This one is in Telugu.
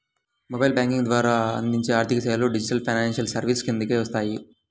మొబైల్ బ్యేంకింగ్ ద్వారా అందించే ఆర్థికసేవలు డిజిటల్ ఫైనాన్షియల్ సర్వీసెస్ కిందకే వస్తాయి